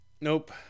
nope